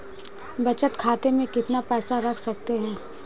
बचत खाते में कितना पैसा रख सकते हैं?